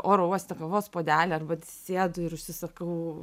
oro uoste kavos puodelį arba atsisėdu ir užsisakau